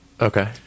Okay